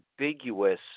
ambiguous